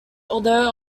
although